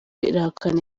irahakana